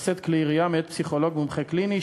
לשאת כלי ירייה מאת פסיכולוג מומחה קליני,